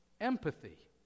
Empathy